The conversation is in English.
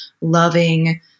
loving